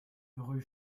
rue